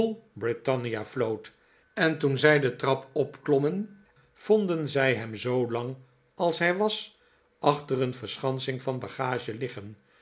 britannia floot en toen zij de trap opklommen vonden zij hem zoo lang als hij was achter een verschansing van bagage liggen